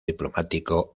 diplomático